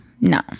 No